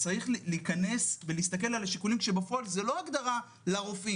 צריך להיכנס ולהסתכל על השיקולים כאשר בפועל זאת לא הגדרה לרופאים.